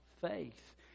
faith